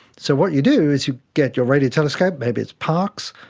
so what you do is you get your radio telescope, maybe it's parkes,